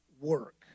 work